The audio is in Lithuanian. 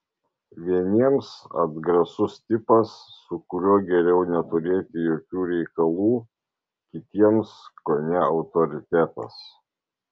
vieniems atgrasus tipas su kuriuo geriau neturėti jokių reikalų kitiems kone autoritetas